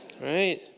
Right